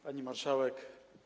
Pani Marszałek!